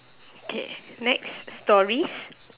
okay next stories